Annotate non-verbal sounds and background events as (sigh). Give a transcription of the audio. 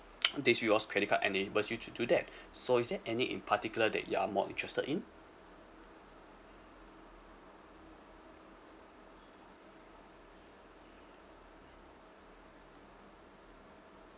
(noise) that's rewards credit card and it able you to do that so is there any in particular that you're more interested in